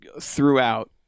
throughout